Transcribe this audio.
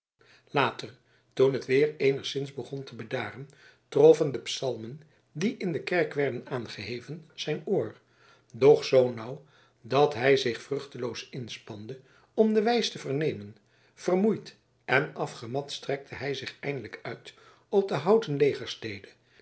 later toen het weer eenigszins begon te bedaren troffen de psalmen die in de kerk werden aangeheven zijn oor doch zoo nauw dat hij zich vruchteloos inspande om de wijs te vernemen vermoeid en afgemat strekte hij zich eindelijk uit op de houten